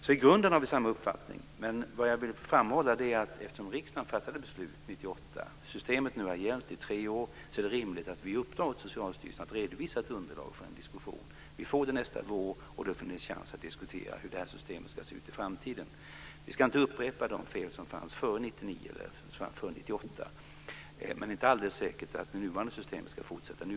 I grunden har vi alltså samma uppfattning, men jag vill framhålla att eftersom riksdagen fattade beslut 1998 och systemet nu har gällt i tre år är det rimligt att vi uppdrar åt Socialstyrelsen att redovisa ett underlag för en diskussion. Vi får det nästa vår, och då får vi en chans att diskutera hur det här systemet ska se ut i framtiden. Vi ska inte upprepa de fel som fanns före 1998, men det är inte alldeles säkert att den nuvarande ordningen ska behållas.